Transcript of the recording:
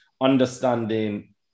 understanding